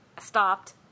stopped